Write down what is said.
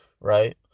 right